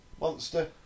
monster